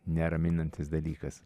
neraminantis dalykas